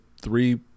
three